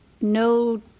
No